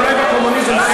אולי בקומוניזם,